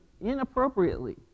inappropriately